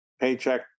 paycheck